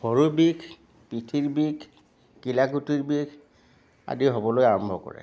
ভৰি বিষ পিঠি বিষ কিলাকুটিৰ বিষ আদি হ'বলৈ আৰম্ভ কৰে